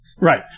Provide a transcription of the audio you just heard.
Right